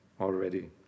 already